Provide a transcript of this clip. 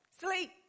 sleep